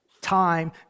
time